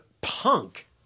punk